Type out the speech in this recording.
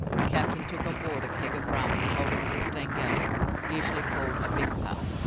the captain took on board a keg of rum, holding fifteen gallons, usually called a big pup,